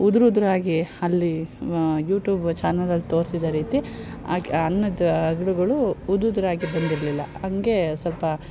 ಉದುರುದುರಾಗಿ ಅಲ್ಲಿ YouTube ಚಾನಲಲ್ಲಿ ತೋರಿಸಿದ ರೀತಿ ಹಾಗೆ ಅನ್ನದ ಅಗಳುಗಳು ಉದು ಉದ್ರಾಗಿ ಬಂದಿರಲಿಲ್ಲ ಹಂಗೆ ಸ್ವಲ್ಪ